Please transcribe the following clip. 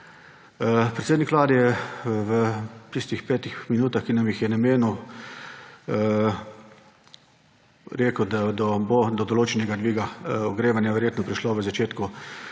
Predsednik Vlade je v tistih petih minutah, ki nam jih je namenil, rekel, da bo do določenega dviga ogrevanja verjetno prišlo v začetku